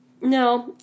No